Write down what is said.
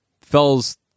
Fells